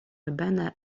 urbana